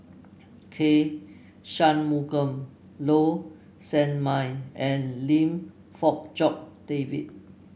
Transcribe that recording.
K Shanmugam Low Sanmay and Lim Fong Jock David